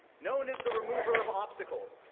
known as the remover of obstacles,